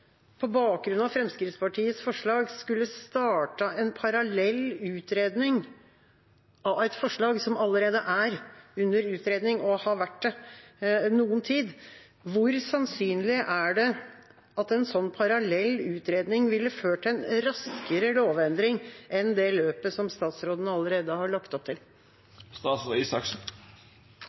på bakgrunn av Fremskrittspartiets forslag, skulle startet en parallell utredning av et forslag som allerede er under utredning og har vært det noen tid – hvor sannsynlig er det at en slik parallell utredning ville ført til en raskere lovendring enn det løpet som statsråden allerede har lagt opp